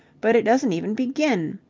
but it doesn't even begin.